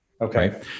Okay